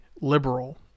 liberal